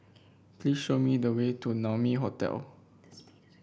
please show me the way to Naumi Hotel